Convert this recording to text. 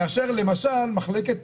מאשר מחלקת